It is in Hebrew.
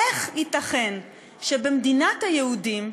איך ייתכן שמדינת היהודים,